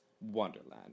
Wonderland